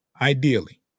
ideally